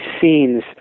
scenes